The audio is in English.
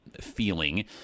feeling